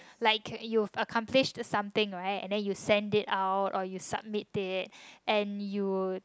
like you accomplish something right and then you sent it out or you submitted it and you would